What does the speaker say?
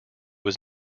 was